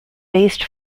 based